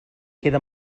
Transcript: queda